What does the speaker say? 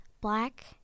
black